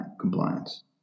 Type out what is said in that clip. compliance